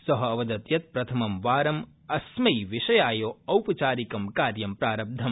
सः अवदत् यत् प्रथमं वारम् अस्मै विषयाय औपचारिक कार्य प्रारब्धम्